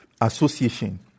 Association